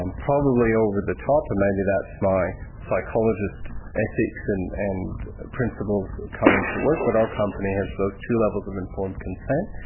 um probably over the top and maybe that's my psychologist's ethics and and principles coming to work, but our company has those two levels of informed consent.